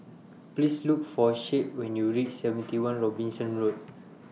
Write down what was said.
Please Look For Shade when YOU REACH seventy one Robinson Road